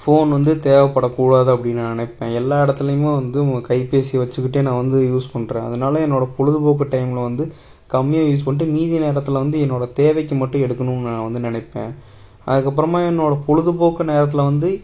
phone வந்து தேவைப்படக்கூடாது அப்படின்னு நான் நினைப்பேன் எல்லா இடத்துலியுமே வந்து நம்ம கைபேசி வெச்சுக்கிட்டே நான் வந்து யூஸ் பண்ணுறேன் அதனால் என்னோடய பொழுதுபோக்கு டைமில் வந்து கம்மியாக யூஸ் பண்ணிட்டு மீதி நேரத்தில் வந்து என்னோடய தேவைக்கு மட்டும் எடுக்குணுன்னு நான் வந்து நினைப்பேன் அதுக்கப்புறமா என்னோடய பொழுதுபோக்கு நேரத்தில் வந்து